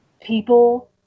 people